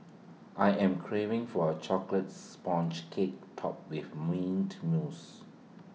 I am craving for A Chocolate Sponge Cake Topped with Mint Mousse